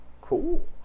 Cool